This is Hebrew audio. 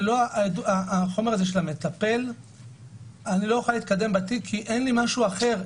ללא החומר של מטפל אני לא יכול להתקדם בתיק כי אין לי משהו אחר,